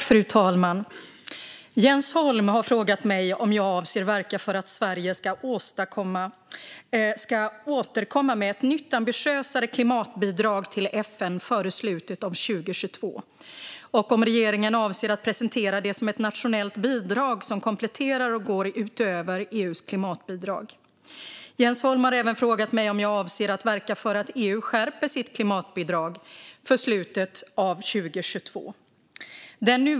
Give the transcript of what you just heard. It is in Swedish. Fru talman! Jens Holm har frågat mig om jag avser att verka för att Sverige ska återkomma med ett nytt ambitiösare klimatbidrag till FN före slutet av 2022 och om regeringen avser att presentera det som ett nationellt bidrag som kompletterar och går utöver EU:s klimatbidrag. Jens Holm har även frågat mig om jag avser att verka för att EU skärper sitt klimatbidrag för slutet av 2022.